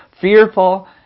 fearful